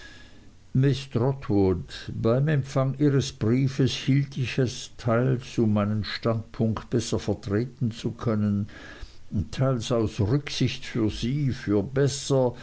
miß trotwood beim empfang ihres briefes hielt ich es teils um meinen standpunkt besser vertreten zu können teils aus rücksicht für sie für besser